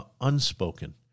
unspoken